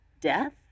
death